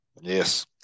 yes